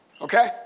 Okay